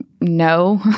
no